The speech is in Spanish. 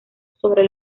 sobre